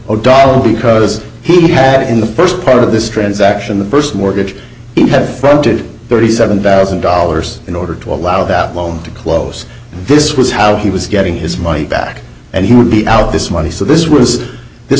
o'donnell because he had it in the first part of this transaction the first mortgage he had fronted thirty seven thousand dollars in order to allow that loan to close this was how he was getting his money back and he would be out this money so this was this